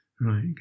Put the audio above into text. right